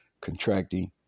contracting